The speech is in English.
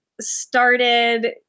started